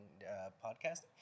podcast